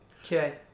Okay